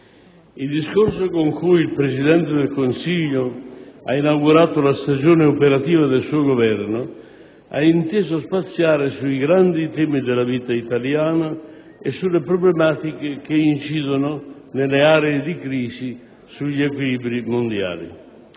il discorso con cui il Presidente del Consiglio ha inaugurato la stagione operativa del suo Governo, ha inteso spaziare sui grandi temi della vita italiana e sulle problematiche che incidono nelle aree di crisi, sugli equilibri mondiali.